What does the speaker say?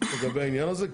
לגבי העניין הזה.